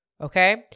Okay